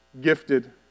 gifted